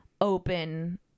open